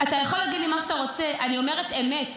אתה יכול להגיד לי מה שאתה רוצה, אני אומרת אמת.